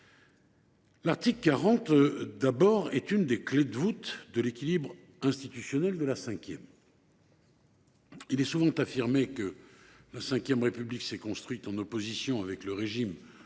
Constitution, d’abord, est l’une des clés de voûte de l’équilibre institutionnel de la V République. Il est souvent affirmé que la V République s’est construite en opposition avec le régime